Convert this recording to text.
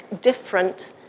different